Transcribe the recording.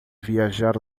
viajar